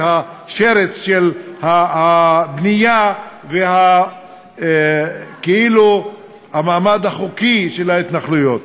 את השרץ של הבנייה וכאילו המעמד החוקי של ההתנחלויות.